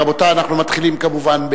רבותי, אנחנו מתחילים, כמובן,